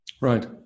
Right